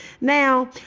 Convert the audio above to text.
Now